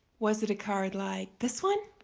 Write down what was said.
was it a card like this one?